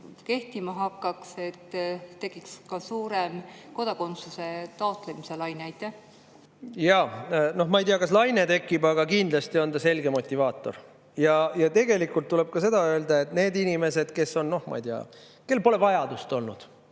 kehtima hakkaks, tekiks ka suurem kodakondsuse taotlemise laine? Jaa. Ma ei tea, kas laine tekiks, aga kindlasti on see selge motivaator. Tegelikult tuleb ka seda öelda, et on inimesi, kellel, ma ei tea, pole vajadust olnud,